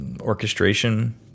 orchestration